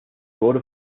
wurde